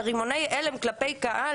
ברימוני הלם כלפי קהל.